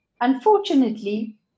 Unfortunately